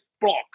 block